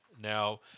Now